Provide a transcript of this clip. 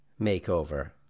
makeover